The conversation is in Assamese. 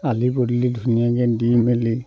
আলি পদূলি ধুনীয়াকৈ দি মেলি